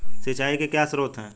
सिंचाई के क्या स्रोत हैं?